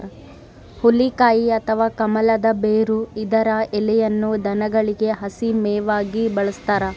ಹುಲಿಕಾಯಿ ಅಥವಾ ಕಮಲದ ಬೇರು ಇದರ ಎಲೆಯನ್ನು ದನಗಳಿಗೆ ಹಸಿ ಮೇವಾಗಿ ಬಳಸ್ತಾರ